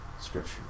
scripture